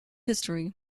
history